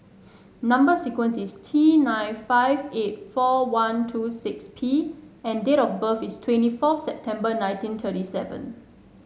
number sequence is T nine five eight four one two six P and date of birth is twenty fourth September nineteen thirty seven